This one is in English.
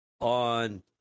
on